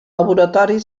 laboratori